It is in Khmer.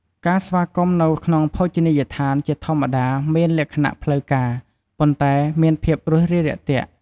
ការស្វាគមន៍នៅក្នុងភោជនីយដ្ឋានជាធម្មតាមានលក្ខណៈផ្លូវការ ប៉ុន្តែមានភាពរួសរាយរាក់ទាក់។